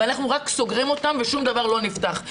ואנחנו רק סוגרים אותם ושום דבר לא נפתח.